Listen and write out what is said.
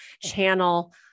channel